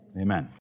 Amen